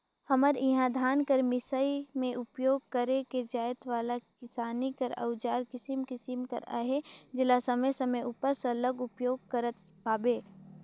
हमर इहा धान कर मिसई मे उपियोग करे जाए वाला किसानी कर अउजार किसिम किसिम कर अहे जेला समे समे उपर सरलग उपियोग करत पाबे